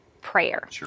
prayer